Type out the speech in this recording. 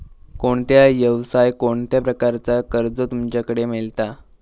कोणत्या यवसाय कोणत्या प्रकारचा कर्ज तुमच्याकडे मेलता?